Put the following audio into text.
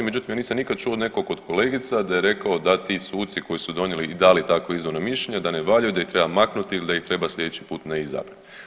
Međutim, ja nisam nikad čuo nekog od kolegica da je rekao da, ti suci koji su donijeli i dali takvo izvorno mišljenje da ne valjaju, da ih treba maknuti ili da ih treba sljedeći put ne izabrati.